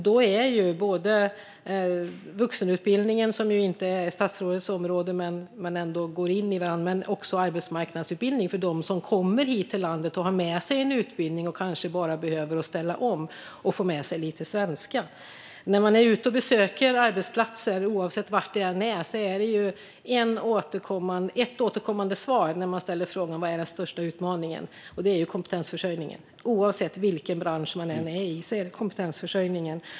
Då är både vuxenutbildning, som visserligen inte är statsrådets område, och arbetsmarknadsutbildning viktigt för dem som kommer hit till landet och har med sig en utbildning och kanske bara behöver ställa om och lära sig lite svenska. När man är ute och besöker arbetsplatser, oavsett var det är, får man ett återkommande svar när man ställer frågan vad som är den största utmaningen, och det är kompetensförsörjningen. Oavsett vilken bransch det gäller är svaret kompetensförsörjningen.